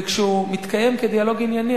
וכשהוא מתקיים כדיאלוג ענייני,